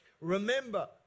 Remember